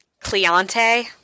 Cliente